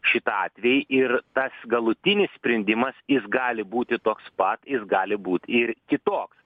šitą atvejį ir tas galutinis sprendimas jis gali būti toks pat jis gali būt ir kitoks